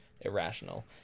irrational